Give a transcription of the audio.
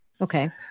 Okay